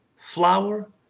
flour